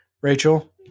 Rachel